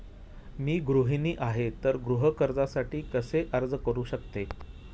मी गृहिणी आहे तर गृह कर्जासाठी कसे अर्ज करू शकते?